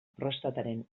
prostataren